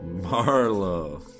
Marlow